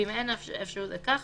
ואם אין אפשרות לכך,